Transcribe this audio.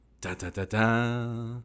Da-da-da-da